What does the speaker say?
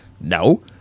No